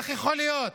איך יכול להיות?